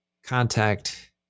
Contact